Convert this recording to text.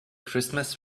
christmas